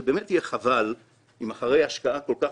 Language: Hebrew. זה באמת יהיה חבל אם אחרי השקעה כל כך